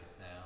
now